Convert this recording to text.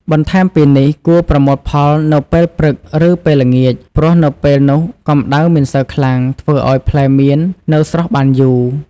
បន្ថែមពីនេះ គួរប្រមូលផលនៅពេល ព្រឹក ឬពេល ល្ងាច ព្រោះនៅពេលនោះកម្តៅមិនសូវខ្លាំង ធ្វើឱ្យផ្លែមៀននៅស្រស់បានយូរ។